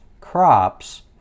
crops